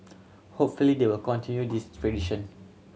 hopefully they will continue this tradition